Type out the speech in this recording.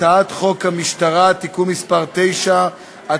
הצעת חוק המשטרה (תיקון מס' 9),